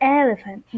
elephant